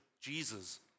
Jesus